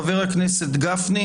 חבר הכנסת גפני,